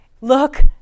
look